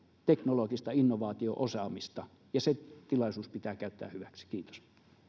teknologista innovaatio osaamista ja se tilaisuus pitää käyttää hyväksi kiitos